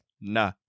Nah